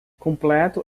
completo